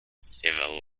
civil